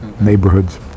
neighborhoods